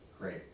Great